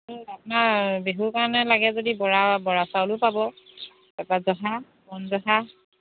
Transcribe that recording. আপোনাৰ বিহুৰ কাৰণে লাগে যদি বৰা বৰা চাউলো পাব তাৰ পৰা জহা কণ জহা